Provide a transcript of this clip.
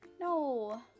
No